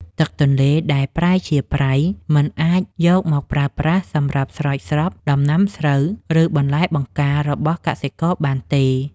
ទឹកទន្លេដែលប្រែជាប្រៃមិនអាចយកមកប្រើប្រាស់សម្រាប់ស្រោចស្រពដំណាំស្រូវ ឬ បន្លែបង្ការរបស់កសិករបានទេ។